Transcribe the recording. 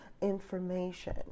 information